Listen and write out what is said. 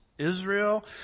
Israel